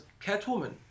Catwoman